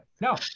No